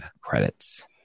credits